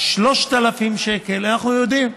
אז 3,000 שקל, אנחנו יודעים.